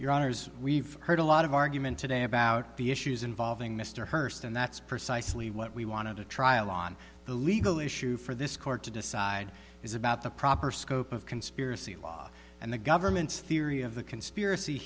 your honors we've heard a lot of argument today about the issues involving mr hurst and that's precisely what we wanted a trial on the legal issue for this court to decide is about the proper scope of conspiracy law and the government's theory of the conspiracy